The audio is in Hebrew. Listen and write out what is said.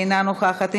אינה נוכחת.